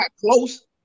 close